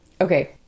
Okay